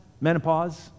menopause